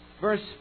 Verse